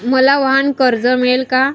मला वाहनकर्ज मिळेल का?